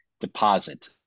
deposit